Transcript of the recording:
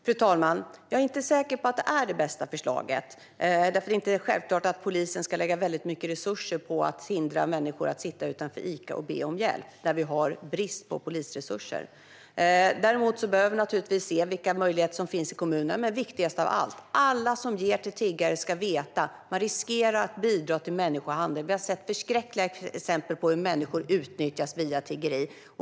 Fru talman! Jag är inte säker på att det är det bästa förslaget, för det är inte självklart att polisen ska lägga en massa resurser på att hindra människor från att sitta utanför Ica och be om hjälp när vi har brist på polisresurser. Vi behöver dock se vilka möjligheter som finns i kommunerna. Viktigast av allt är dock att alla som ger till tiggare ska veta att man riskerar att bidra till människohandel. Vi har sett förskräckliga exempel på hur människor utnyttjas via tiggeri.